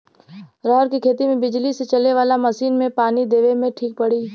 रहर के खेती मे बिजली से चले वाला मसीन से पानी देवे मे ठीक पड़ी?